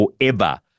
forever